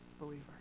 believer